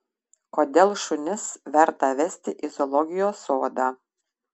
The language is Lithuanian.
kodėl šunis verta vesti į zoologijos sodą